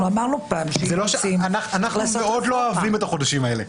אנחנו מאוד לא אוהבים את החודשים האלה.